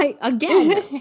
again